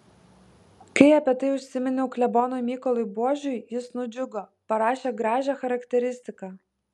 kai apie tai užsiminiau klebonui mykolui buožiui jis nudžiugo parašė gražią charakteristiką